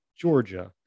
Georgia